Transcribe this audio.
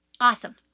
Awesome